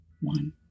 one